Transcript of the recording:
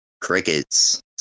Crickets